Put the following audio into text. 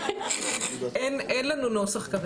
אין לנו כרגע נוסח.